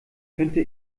könnte